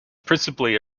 principally